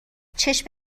چشم